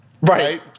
Right